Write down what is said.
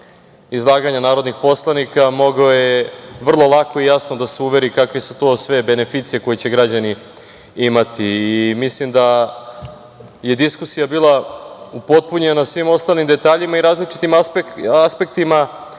izlaganje narodnih poslanika mogao je vrlo lako i jasno da se uveri kakve su to sve beneficije koje će građani imati i mislim da je diskusija bila upotpunjena svim ostalim detaljima i različitim aspektima